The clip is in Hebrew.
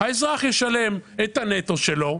האזרח ישלם את הנטו שלו,